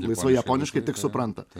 laisvai japoniškai tik supranta